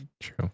True